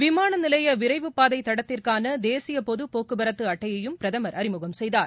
விமான நிலைய விரைவுப்பாதை தடத்திற்கான தேசிய பொதுப் போக்குவரத்து அட்டையையும் பிரதமர் அறிமுகம் செய்தார்